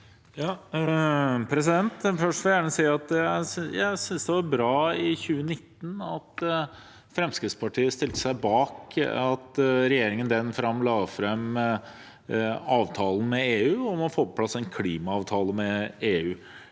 gjerne si at jeg synes det var bra at Fremskrittspartiet i 2019 stilte seg bak at regjeringen la fram avtalen med EU, om å få på plass en klimaavtale med EU.